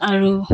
আৰু